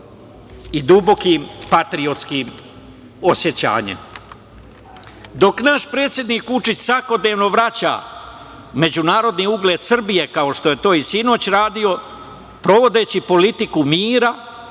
i dubokim patriotskim osećanjem. Dok naš predsednik Vučić svakodnevno vraća međunarodni ugled Srbije kao što je to i sinoć radio, provodeći politiku mira,